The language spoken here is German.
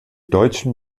deutschen